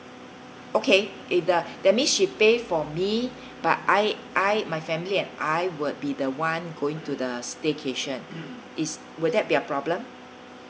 okay either that means she pay for me but I I my family and I would be the [one] going to the staycation is would that be a problem